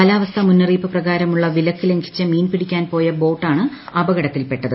കാലാവസ്ഥാ മുന്നറിയിപ്പ് പ്രകാരമുള്ള വിലക്ക് ലംഘിച്ച് മീൻപിടിക്കാൻ പോയ ബോട്ടാണ് അപകടത്തിൽപ്പെട്ടത്